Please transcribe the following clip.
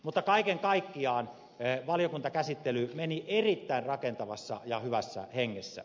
mutta kaiken kaikkiaan valiokuntakäsittely meni erittäin rakentavassa ja hyvässä hengessä